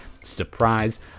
surprise